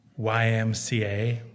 YMCA